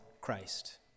Christ